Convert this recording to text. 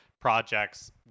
projects